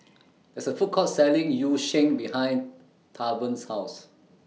There IS A Food Court Selling Yu Sheng behind Tavon's House